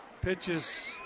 Pitches